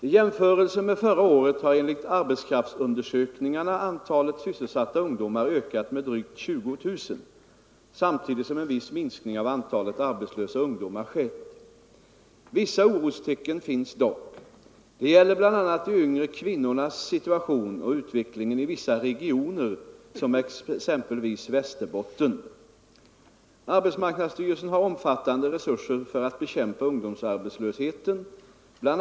I jämförelse med förra året har enligt arbetskraftsundersökningarna antalet sysselsatta ungdomar ökat med drygt 20 000 samtidigt som en viss minskning av antalet arbetslösa ungdomar skett. Vissa orostecken finns dock. Det gäller bl.a. de yngre kvinnornas situation och utvecklingen i vissa regioner som exempelvis Västerbotten. Arbetsmarknadsstyrelsen har omfattande resurser för att bekämpa ungdomsarbetslösheten. BI.